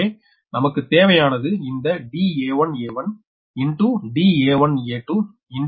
எனவே நமக்கு தேவையானது இந்த da1a1 da1a2 da1a3